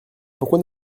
pourquoi